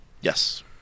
Yes